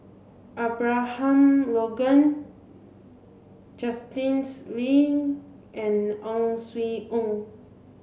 Abraham Logan Lean and Ang Swee Aun